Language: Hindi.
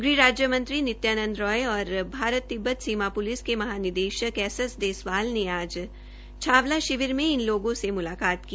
गृह राज्य मंत्री नित्यानंद और भारत तिब्बत सीमा प्लिस के महानिदेशक एस एस देसवाल ने आज छावला शिविर में इन लोगों को म्लकात की